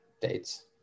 Dates